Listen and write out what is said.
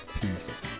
Peace